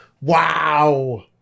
wow